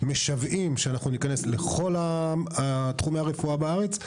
משוועים שאנחנו ניכנס לכל תחומי הרפואה בארץ.